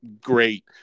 great